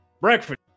Breakfast